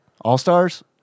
All-stars